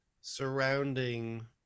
surrounding